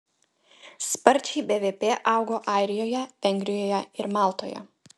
sparčiai bvp augo airijoje vengrijoje ir maltoje